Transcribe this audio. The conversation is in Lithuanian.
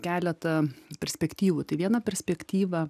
keletą perspektyvų tai viena perspektyva